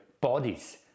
bodies